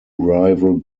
rival